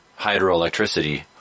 hydroelectricity